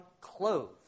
clothes